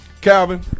Calvin